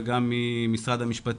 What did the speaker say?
גם מהמשטרה וגם ממשרד המשפטים,